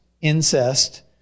incest